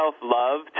self-love